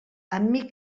amic